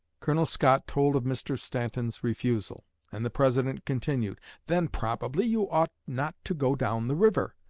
colonel scott told of mr. stanton's refusal and the president continued then probably you ought not to go down the river.